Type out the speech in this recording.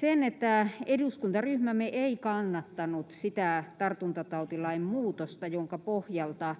sen, että eduskuntaryhmämme ei kannattanut sitä tartuntatautilain muutosta, jonka pohjalta